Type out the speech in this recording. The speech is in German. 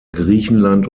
griechenland